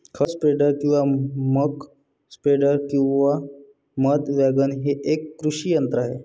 खत स्प्रेडर किंवा muck spreader किंवा मध वॅगन हे एक कृषी यंत्र आहे